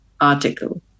article